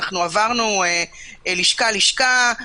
עברנו לשכה-לשכה,